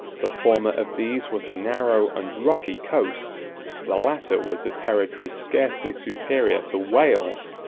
the former of these was a narrow and rocky coast the latter was a territory scarcely superior to wales,